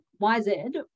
YZ